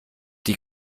die